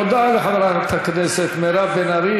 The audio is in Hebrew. תודה לחברת הכנסת מירב בן ארי.